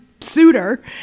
suitor